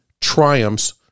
triumphs